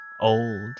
old